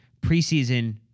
Preseason